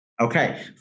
Okay